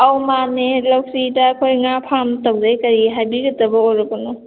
ꯑꯧ ꯃꯥꯅꯦ ꯂꯧꯁꯤꯗ ꯑꯩꯈꯣꯏ ꯉꯥ ꯐꯥꯔꯝ ꯇꯧꯖꯩ ꯀꯔꯤ ꯍꯥꯏꯕꯤꯒꯗꯕ ꯑꯣꯏꯔꯕꯅꯣ